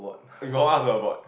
we got one also abort